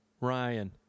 Ryan